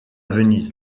venise